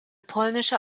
polnische